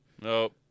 Nope